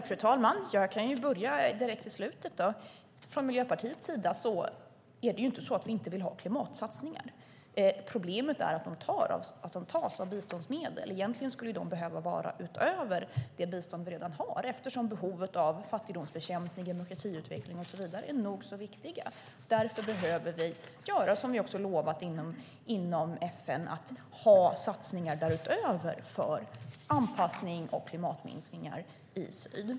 Fru talman! Jag börjar i slutet: Det är inte så att Miljöpartiet inte vill ha klimatsatsningar. Problemet är att de tas av biståndsmedel. Egentligen skulle de satsningarna behöva vara utöver det bistånd vi redan har, eftersom behovet av fattigdomsbekämpning, demokratiutveckling och så vidare är nog så viktigt. Därför behöver vi, vilket vi också har lovat inom FN, göra satsningar därutöver för anpassning och klimatminskningar i syd.